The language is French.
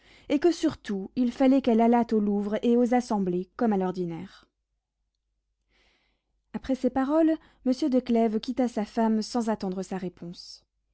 et que surtout il fallait qu'elle allât au louvre et aux assemblées comme à l'ordinaire après ces paroles monsieur de clèves quitta sa femme sans attendre sa réponse